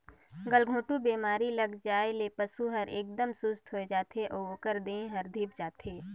गलघोंटू बेमारी लग जाये ले पसु हर एकदम सुस्त होय जाथे अउ ओकर देह हर धीप जाथे